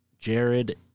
Jared